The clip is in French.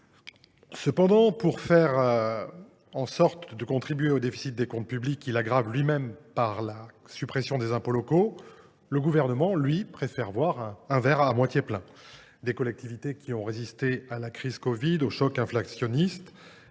Cependant, pour mieux les faire contribuer au déficit des comptes publics, qu’il aggrave lui même par la suppression des impôts locaux, le Gouvernement préfère voir le verre à moitié plein : des collectivités qui ont su résister à la crise de la covid 19 et au choc inflationniste,